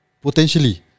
Potentially